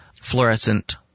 fluorescent